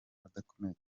adakomeye